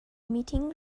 meeting